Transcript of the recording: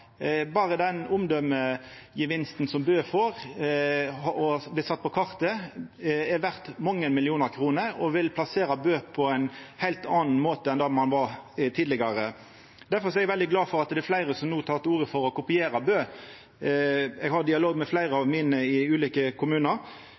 Berre den omdømegevinsten som Bø får, som gjer at kommunen blir sett på kartet, er verdt mange millionar kroner, og vil plassere Bø på kartet på ein heilt annan måte enn kommunen var tidlegare. Difor er eg veldig glad for at fleire har teke til orde for å kopiera Bø. Eg har dialog med fleire av